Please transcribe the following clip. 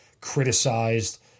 criticized